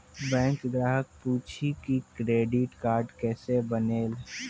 Bank ग्राहक पुछी की क्रेडिट कार्ड केसे बनेल?